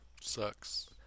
sucks